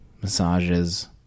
Massages